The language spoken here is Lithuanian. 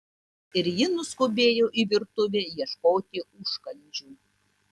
ir ji nuskubėjo į virtuvę ieškoti užkandžių